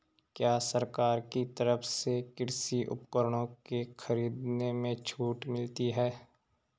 क्या सरकार की तरफ से कृषि उपकरणों के खरीदने में छूट मिलती है?